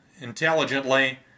intelligently